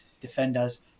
defenders